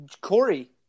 Corey